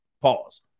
Pause